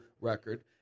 record